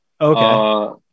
Okay